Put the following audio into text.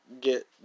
get